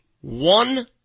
one